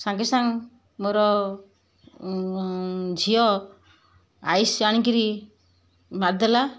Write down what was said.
ସାଙ୍ଗେ ସାଙ୍ଗେ ମୋର ଝିଅ ଆଇସ୍ ଆଣିକିରି ମାରିଦେଲା